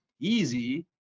easy